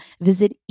Visit